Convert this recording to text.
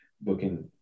booking